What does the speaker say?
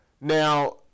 now